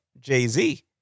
Jay-Z